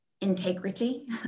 integrity